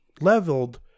leveled